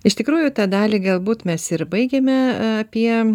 iš tikrųjų tą dalį galbūt mes ir baigėme apie